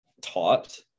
taught